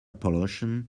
pollution